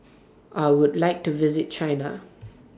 I Would like to visit China